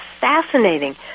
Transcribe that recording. fascinating